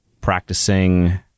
practicing